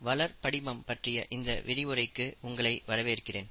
வளர் படிமம் பற்றிய இந்த விரிவுரைக்கு உங்களை வரவேற்கிறேன்